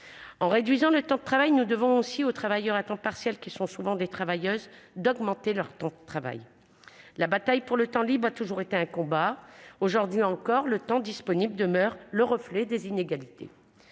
réduire le temps de travail, nous devons aussi aux travailleurs à temps partiel, qui sont souvent des travailleuses, d'augmenter leur temps de travail. La bataille pour le temps libre a toujours été un combat. Aujourd'hui encore, le temps disponible demeure le reflet des inégalités.